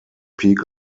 peak